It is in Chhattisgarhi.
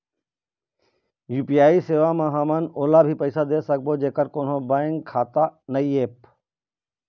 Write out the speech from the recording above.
यू.पी.आई सेवा म हमन ओला भी पैसा दे सकबो जेकर कोन्हो बैंक खाता नई ऐप?